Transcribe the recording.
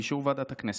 באישור ועדת הכנסת".